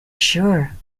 sure